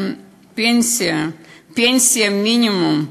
פנסיה, פנסיה מינימום,